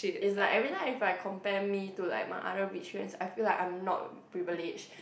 it's like every time if I compare me to my others rich man I feel like I'm not privileged